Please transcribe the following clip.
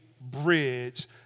bridge